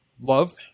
love